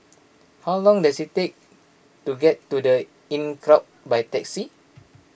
how long does it take to get to the Inncrowd by taxi